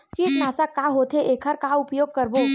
कीटनाशक का होथे एखर का उपयोग करबो?